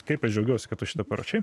kaip aš džiaugiuosi kad už šitą parašei